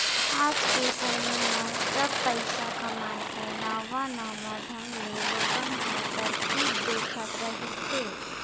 आज के समे म सब पइसा कमाए के नवा नवा ढंग ले लोगन ह तरकीब देखत रहिथे